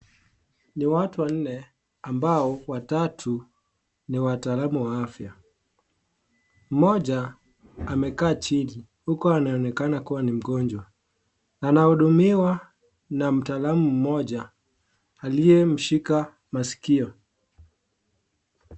Ni watu wanne ambao watatu ni wataalamu wa afya. Mmoja amekaa chini, huku anaonekana kuwa ni mgonjwa, na anahudumiwa na mtaalamu mmoja aliyemshika masikio.